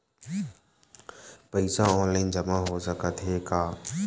पईसा ऑनलाइन जमा हो साकत हे का?